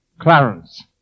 Clarence